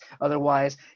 Otherwise